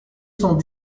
cent